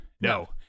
no